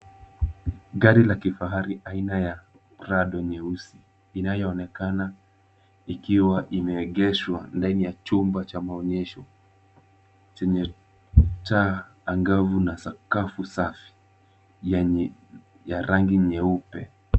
Gari la kifahari aina ya Prado nyeusi inayonekana ikiwa imeegeshwa ndani ya chumba cha maonyesho chenye taa angavu na sakafu safi yenye ya rangi nyeupe.